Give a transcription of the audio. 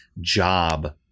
job